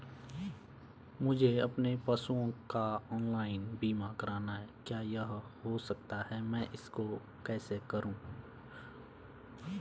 मुझे अपने पशुओं का ऑनलाइन बीमा करना है क्या यह हो सकता है मैं इसको कैसे करूँ?